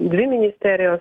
dvi ministerijos